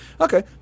Okay